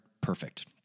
perfect